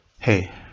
Hey